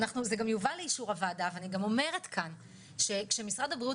אנחנו זה גם יובא לאישור הועדה ואני גם אומרת כאן שכשמשרד הבריאות